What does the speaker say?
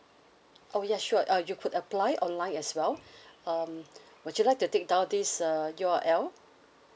oh ya sure uh you could apply online as well um would you like to take down this uh U_R_L